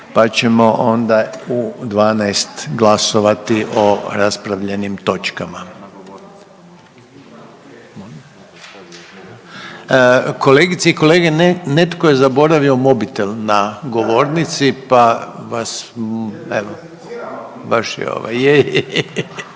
pa ćemo onda u 12,00 glasovati o raspravljenim točkama. Kolegice i kolege, netko je zaboravio mobitel na govornici pa vas